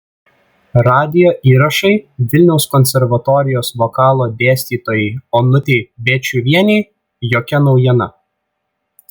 radijo įrašai vilniaus konservatorijos vokalo dėstytojai onutei bėčiuvienei jokia naujiena